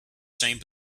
same